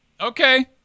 okay